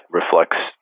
reflects